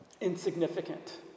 insignificant